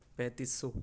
پینتیس سو